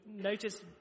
notice